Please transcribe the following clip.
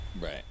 Right